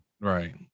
Right